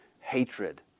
hatred